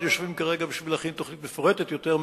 יושבים כרגע בשביל להכין תוכנית מפורטת יותר,